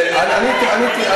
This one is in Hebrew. אבל הוא לא, עניתי, עניתי.